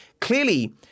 clearly